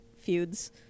feuds